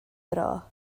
dro